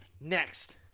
Next